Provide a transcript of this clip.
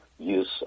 use